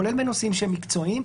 כולל בנושאים מקצועיים,